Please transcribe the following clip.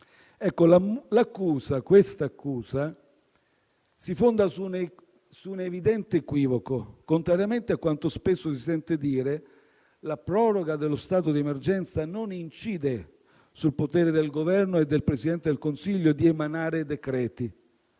le Camere. Questa accusa si fonda su un evidente equivoco. Contrariamente a quanto spesso si sente dire, la proroga dello stato di emergenza non incide sul potere del Governo e del Presidente del Consiglio di emanare decreti.